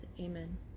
amen